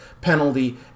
penalty